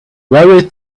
very